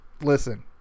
listen